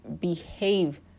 behave